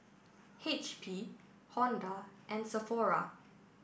H P Honda and Sephora